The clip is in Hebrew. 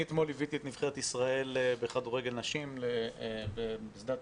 אני אתמול ליוויתי את נבחרת ישראל בכדורגל נשים לשדה התעופה,